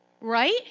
Right